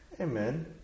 Amen